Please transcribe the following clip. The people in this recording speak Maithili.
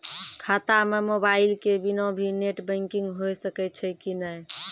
खाता म मोबाइल के बिना भी नेट बैंकिग होय सकैय छै कि नै?